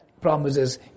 promises